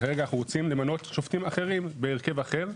כרגע אנחנו רוצים למנות שופטים אחרים בהרכב אחר.